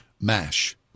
Mash